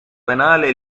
penale